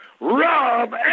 Rob